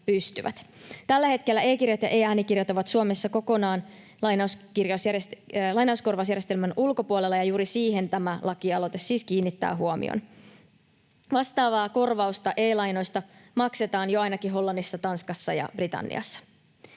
Tällä hetkellä e-kirjat ja e-äänikirjat ovat Suomessa kokonaan lainauskorvausjärjestelmän ulkopuolella, ja juuri siihen tämä lakialoite siis kiinnittää huomion. Vastaavaa korvausta e-lainoista maksetaan jo ainakin Hollannissa, Tanskassa ja Britanniassa.